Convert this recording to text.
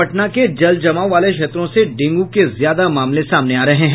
पटना के जल जमाव वाले क्षेत्रों से डेंगू के ज्यादा मामले सामने आ रहे हैं